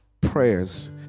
prayers